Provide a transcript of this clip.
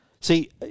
See